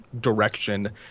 direction